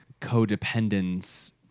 codependence